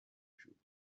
گشود